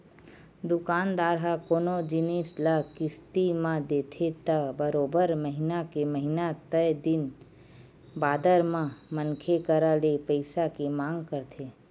दुकानदार ह कोनो जिनिस ल किस्ती म देथे त बरोबर महिना के महिना तय दिन बादर म मनखे करा ले पइसा के मांग करथे